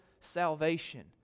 salvation